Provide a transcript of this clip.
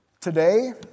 today